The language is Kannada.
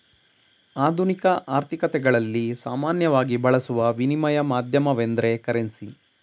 ಆಧುನಿಕ ಆರ್ಥಿಕತೆಗಳಲ್ಲಿ ಸಾಮಾನ್ಯವಾಗಿ ಬಳಸುವ ವಿನಿಮಯ ಮಾಧ್ಯಮವೆಂದ್ರೆ ಕರೆನ್ಸಿ